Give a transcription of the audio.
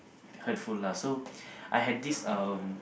hurtful lah so I had this um